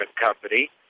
company